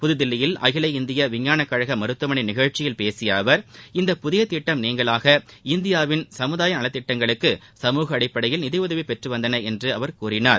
புதுதில்லியில் அகில இந்திய விஞ்ஞான கழக மருத்துவமனை நிகழ்ச்சியில் பேசிய அவர் இந்த புதிய திட்டம் நீங்கலாக இந்தியாவின் சமுதாாய நலத்திட்டங்களுக்கு சமூக அடிப்படையில் நிதியுதவி பெற்று வந்தன என்றும் அவர் கூறினார்